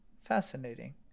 Fascinating